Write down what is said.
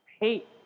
hate